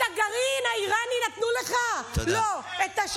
את הגרעין האיראני נתנו לך?